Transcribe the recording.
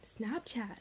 snapchat